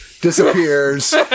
disappears